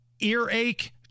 Earache